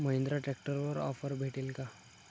महिंद्रा ट्रॅक्टरवर ऑफर भेटेल का?